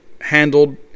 handled